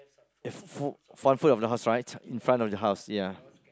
if full of the house right in front of the house ya